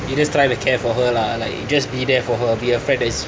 you just try to care for her lah like just be there for her be a friend that is